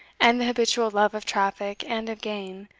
and the habitual love of traffic and of gain,